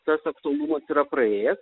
tas aktualumas yra praėjęs